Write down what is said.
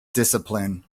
discipline